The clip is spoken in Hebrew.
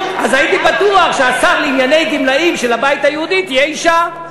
הייתי בטוח שהשר לענייני גמלאים של הבית היהודי יהיה אישה.